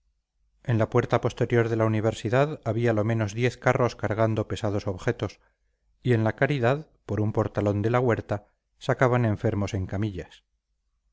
en la puerta posterior de la universidad había lo menos diez carros cargando pesados objetos y en la caridad por un portalón de la huerta sacaban enfermos en camillas